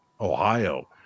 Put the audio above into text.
Ohio